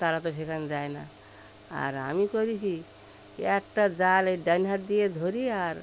তারা তো সেখানে যায় না আর আমি করি কী একটা জাল এই ডান হাত দিয়ে ধরি আর